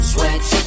Switch